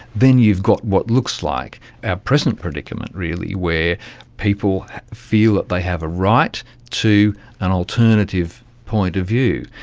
then you've got what looks like our present predicament really where people feel that they have a right to an alternative point of view.